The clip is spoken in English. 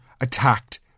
attacked